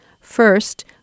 First